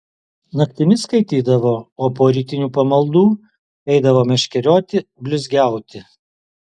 naktimis skaitydavo o po rytinių pamaldų eidavo meškerioti blizgiauti